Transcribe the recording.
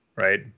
right